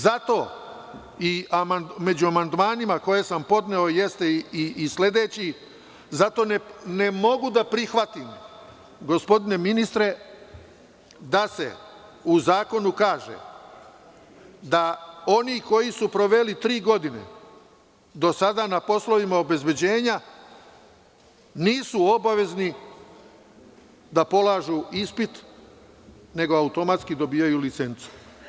Zato, među amandmanima koje sam podneo jeste i sledeći, zato ne mogu da prihvatim, gospodine ministre da se u zakonu kaže da oni koji su proveli tri godine do sada na poslovima obezbeđenja, nisu obavezni da polažu ispit, nego automatski dobijaju licencu.